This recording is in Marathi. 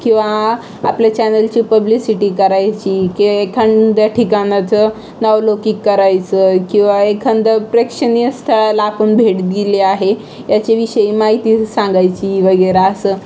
किंवा आपल्या चॅनलची पब्लिसिटी करायची किंवा एखाद्या ठिकाणाचं नावलौकिक करायचं किंवा एखादं प्रेक्षणीय स्थळाला आपण भेट दिली आहे याच्याविषयी माहिती सांगायची वगैरे असं